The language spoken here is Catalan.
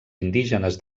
indígenes